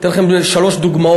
אני אתן לכם שלוש דוגמאות.